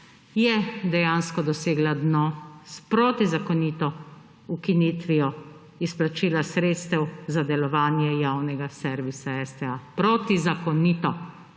je dejansko dosegal dno s protizakonito ukinitvijo izplačila sredstev za delovanje javnega servisa STA protizakonito.